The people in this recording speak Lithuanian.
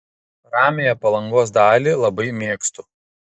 ramiąją palangos dalį labai mėgstu